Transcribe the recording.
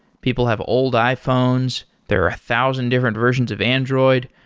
people have old iphones. there are a thousand different versions of android.